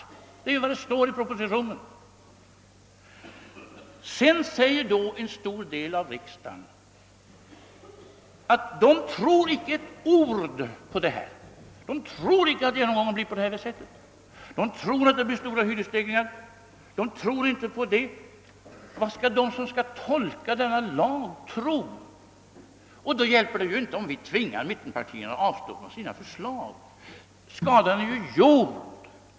Det är vad som står i propositionen. Sedan säger en stor del av riksdagens ledamöter att de inte alls tror på detta, utan tror att det kommer att bli stora hyresstegringar. Vad skall då de som har att tolka denna lag tro? Då hjälper det ju inte att vi tvingar mittenpartierna att ta tillbaka sina förslag, ty skadan är redan skedd.